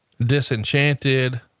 disenchanted